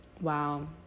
wow